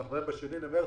אנחנו היום ב-2 במרס,